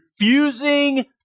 refusing